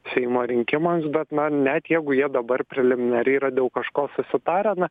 seimo rinkimams bet na net jeigu jie dabar preliminariai yra dėl kažko susitarę na